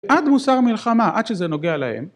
עד מוסר מלחמה עד שזה נוגע להם.